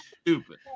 stupid